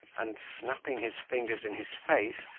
and, snapping his fingers in his face,